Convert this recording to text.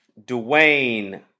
Dwayne